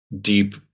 deep